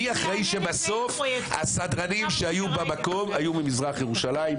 לכך שבסוף הסדרנים היו ממזרח ירושלים?